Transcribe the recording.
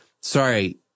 sorry